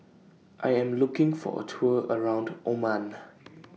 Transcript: I Am looking For A Tour around Oman